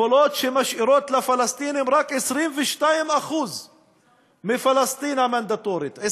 גבולות שמשאירים לפלסטינים רק 22% מפלסטין המנדטורית,